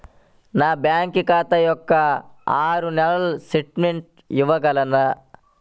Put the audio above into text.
నా బ్యాంకు ఖాతా యొక్క ఆరు నెలల స్టేట్మెంట్ ఇవ్వగలరా?